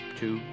two